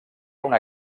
una